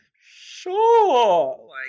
sure